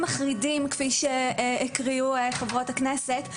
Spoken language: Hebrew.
מחרידים כפי שהקריאו חברות הכנסת,